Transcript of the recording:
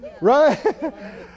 Right